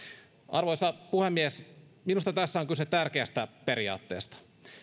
arvoisa puhemies minusta tässä on kyse tärkeästä periaatteesta